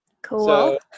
Cool